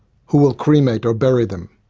who will cremate or bury them,